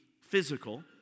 physical